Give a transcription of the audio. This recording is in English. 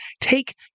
take